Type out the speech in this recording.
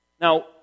Now